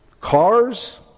cars